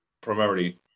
primarily